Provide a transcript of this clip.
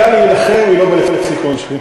המילה להילחם היא לא בלקסיקון שלי,